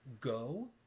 Go